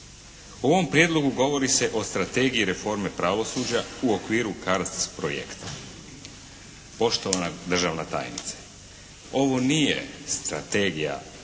ovom prijedlogu govori se o strategiji reforme pravosuđa u okviru CARDS projekta. Poštovana državna tajnice, ovo nije strategija reforme